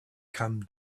come